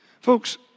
Folks